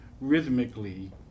rhythmically